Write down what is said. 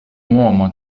uomo